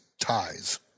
ties